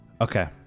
Okay